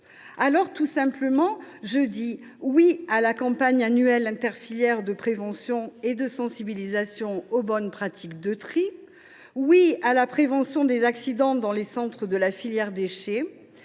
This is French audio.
Alors, tout simplement, je dis oui à la campagne annuelle inter filières de prévention et de sensibilisation aux bonnes pratiques de tri, oui à la prévention des accidents dans les centres de la filière déchets,